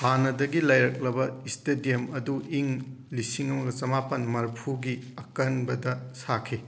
ꯍꯥꯟꯅꯗꯒꯤ ꯂꯩꯔꯛꯂꯕ ꯏꯁꯇꯦꯗꯤꯌꯝ ꯑꯗꯨ ꯏꯪ ꯂꯤꯁꯤꯡ ꯑꯃꯒ ꯆꯃꯥꯄꯟ ꯃꯔꯤꯐꯨꯒꯤ ꯑꯀꯟꯕꯗ ꯁꯥꯈꯤ